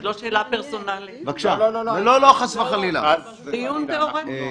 זו לא שאלה פרסונאלית, זה דיון תיאורטי.